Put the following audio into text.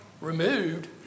removed